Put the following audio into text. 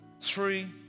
Three